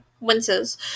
Winces